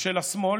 של השמאל,